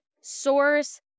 Source